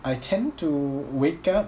I tend to wake up